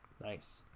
Nice